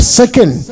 second